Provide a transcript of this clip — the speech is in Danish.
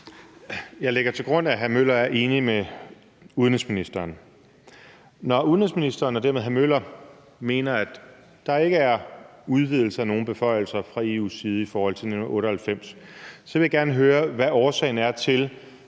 Jeg lægger til grund, at hr. Henrik Møller er enig med udenrigsministeren, og når udenrigsministeren og dermed også hr. Henrik Møller mener, at der ikke er udvidelser af nogen beføjelser fra EU's side i forhold til 1998, så vil jeg gerne høre, hvad årsagen er til,